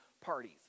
parties